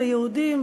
יהודים,